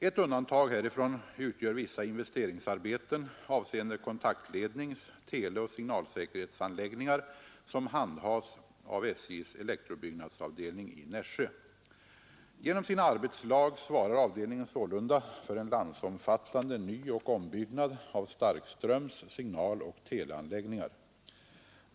Ett undantag härifrån utgör vissa investeringsarbeten avseende kontaktlednings-, teleoch signalsäkerhetsanläggningar som handhas av SJ:s elektrobyggnadsavdelning i Nässjö. Genom sina arbetslag svarar avdelningen sålunda för en landsomfattande nyoch ombyggnad av starkströms-, signaloch teleanläggningar.